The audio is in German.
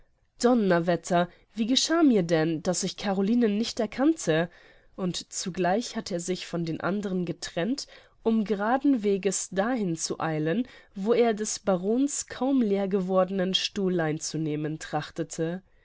donnerwetter wie geschah mir denn daß ich carolinen nicht erkannte und zugleich hatte er sich von den andern getrennt um geraden weges dahin zu eilen wo er des barons kaum leergewordenen stuhl einzunehmen